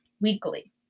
weekly